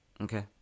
Okay